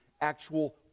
actual